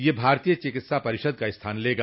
यह भारतीय चिकित्सा परिषद का स्थान लेगा